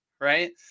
right